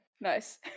Nice